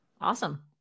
Awesome